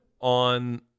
on